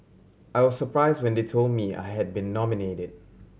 I was surprised when they told me I had been nominated